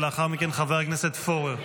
ולאחר מכן חבר הכנסת פורר.